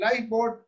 lifeboat